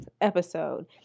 episode